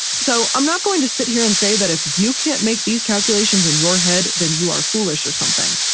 so, i'm not going to sit here and say that if you can't make these calculations in your head than you are foolish or something,